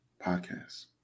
podcast